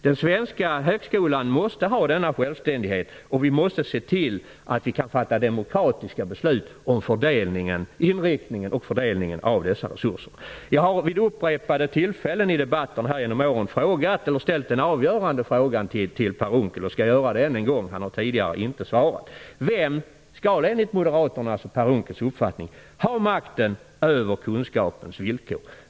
Den svenska högskolan måste ha denna självständighet, och vi måste se till att vi kan fatta demokratiska beslut om inriktningen och fördelningen av dessa resurser. Jag har vid upprepade tillfällen i debatter här genom åren ställt den avgörande frågan till Per Unckel och skall göra det ännu en gång. Han har tidigare inte svarat. Vem skall enligt Moderaternas och Per Unckels uppfattning ha makten över kunskapens villkor?